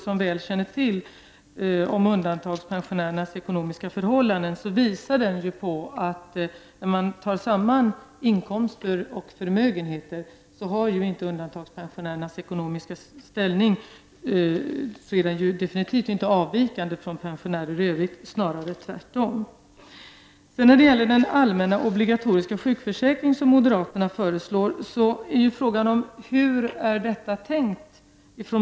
Men den kartläggning av undantagandepensionärernas ekonomiska förhållanden, som jag vet att Ingegerd Troedsson väl känner till, visar att undantagandepensionärerna, om man tar med både inkomster och förmögenheter, definitivt inte har det sämre ekonomiskt än andra pensionärer, snarare tvärtom. När det gäller den allmänna obligatoriska sjukförsäkring som moderaterna föreslår är frågan hur den är tänkt.